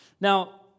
Now